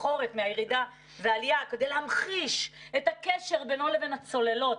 סחרחורת מהירידה והעלייה כדי להמחיש את הקשר בינו לבין הצוללות.